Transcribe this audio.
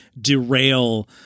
derail